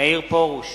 מאיר פרוש,